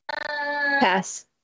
pass